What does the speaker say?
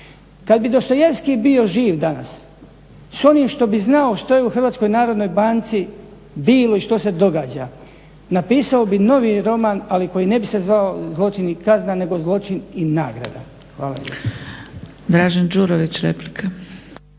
Kad bi Dostojevski bio živ danas s onim što bi znao što je u HNB-u bilo i što se događa napisao bi novi roman, ali koji ne bi se zvao Zločin i kazna nego Zločin i nagrada.